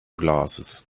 glasses